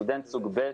סטודנט סוג ב',